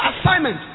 assignment